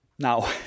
Now